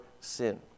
sin